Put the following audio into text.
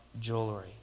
jewelry